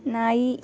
ನಾಯಿ